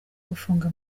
gufunga